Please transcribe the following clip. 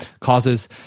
causes